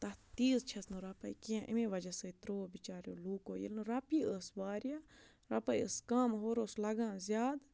تَتھ تیٖژ چھس نہٕ رۄپَے کیٚنٛہہ اَمے وجہ سۭتۍ ترٛوو بِچاریو لوٗکو ییٚلہِ نہٕ رۄپیہِ ٲسۍ واریاہ رۄپَے ٲس کَم ہورٕ اوس لَگان زیادٕ